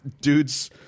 dudes